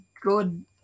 good